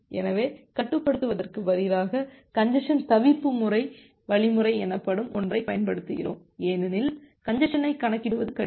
எனவே கட்டுப்படுத்துவதற்குப் பதிலாக கஞ்ஜசன் தவிர்ப்பு வழிமுறை எனப்படும் ஒன்றைப் பயன்படுத்துகிறோம் ஏனெனில் கஞ்ஜசனைக் கணக்கிடுவது கடினம்